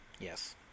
Yes